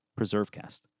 PreserveCast